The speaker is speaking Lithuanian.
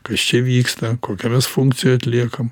kas čia vyksta kokią mes funkciją atliekam